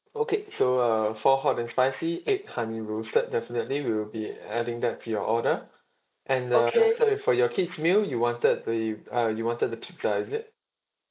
okay so uh four hot and spicy eight honey roasted definitely we will be adding that to your order and uh orh sorry for your kid's meal you wanted the uh you wanted the pizza is it